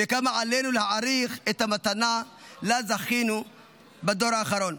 וכמה עלינו להעריך את המתנה שזכינו לה בדור האחרון.